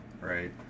right